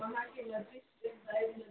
وہاں کے